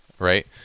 right